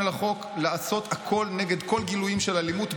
לעשות הכול נגד כל הגילויים של אלימות,